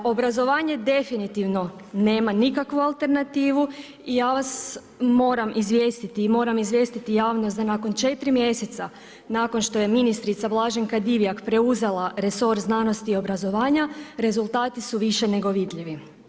Obrazovanje definitivno nema nikakvu alternativu i ja vas moram izvijestiti i moram izvijestiti javnost da nakon četiri mjeseca nakon što je ministrica Blaženka Divjak preuzela resor znanosti i obrazovanja rezultati su više nego vidljivi.